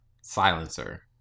silencer